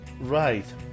Right